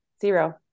zero